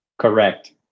Correct